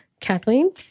kathleen